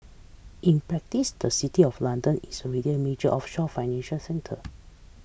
in practice the city of London is already a major offshore financial centre